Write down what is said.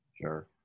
sure